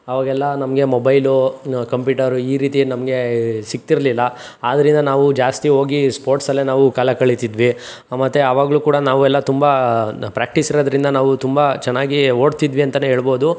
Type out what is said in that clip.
ಆವಾಗೆಲ್ಲ ನಮಗೆ mobile computer ಈ ರೀತಿ ನಮಗೆ ಸಿಕ್ತಿರಲಿಲ್ಲ ಆದ್ರಿಂದ ನಾವು ಜಾಸ್ತಿ ಹೋಗಿ ಸ್ಪೋರ್ಟ್ಸಲ್ಲೇ ನಾವು ಕಾಲ ಕಳೀತಿದ್ವಿ ಮತ್ತು ಆವಾಗಲು ಕೂಡ ನಾವು ಎಲ್ಲ ತುಂಬ ಪ್ರ್ಯಾಕ್ಟೀಸಿರೋದರಿಂದ ನಾವು ತುಂಬ ಚೆನ್ನಾಗಿ ಓಡ್ತಿದ್ವಿ ಅಂತ ಹೇಳ್ಬೋದು